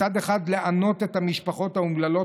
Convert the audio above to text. מצד אחד לענות את המשפחות האומללות,